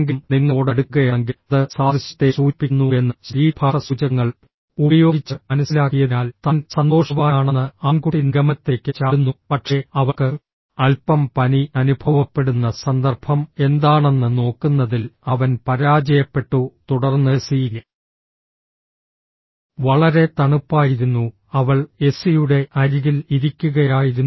ആരെങ്കിലും നിങ്ങളോട് അടുക്കുകയാണെങ്കിൽ അത് സാദൃശ്യത്തെ സൂചിപ്പിക്കുന്നുവെന്ന് ശരീരഭാഷ സൂചകങ്ങൾ ഉപയോഗിച്ച് മനസ്സിലാക്കിയതിനാൽ താൻ സന്തോഷവാനാണെന്ന് ആൺകുട്ടി നിഗമനത്തിലേക്ക് ചാടുന്നു പക്ഷേ അവൾക്ക് അൽപ്പം പനി അനുഭവപ്പെടുന്ന സന്ദർഭം എന്താണെന്ന് നോക്കുന്നതിൽ അവൻ പരാജയപ്പെട്ടു തുടർന്ന് എസി വളരെ തണുപ്പായിരുന്നു അവൾ എസിയുടെ അരികിൽ ഇരിക്കുകയായിരുന്നു